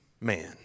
man